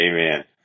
Amen